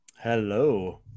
Hello